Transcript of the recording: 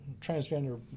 transgender